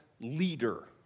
leader